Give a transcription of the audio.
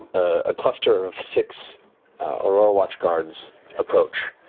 a cluster of six aurora watch guards approach,